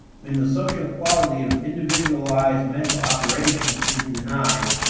when the social quality of individualized mental operations is denied,